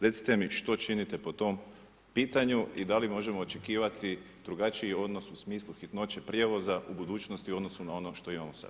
Recite mi što činite po tom pitanju i da li možemo očekivati drugačiji odnos u smislu hitnoće prijevoza u budućnosti u odnosu na ono što imamo sad?